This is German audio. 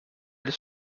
des